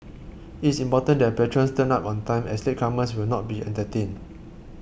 it is important that patrons turn up on time as latecomers will not be entertained